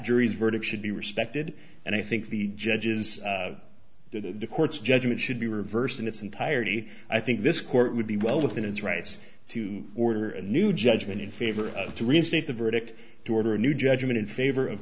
jury's verdict should be respected and i think the judges do the court's judgment should be reversed in its entirety i think this court would be well within its rights to order a new judgment in favor of to reinstate the verdict to order a new judgment in favor of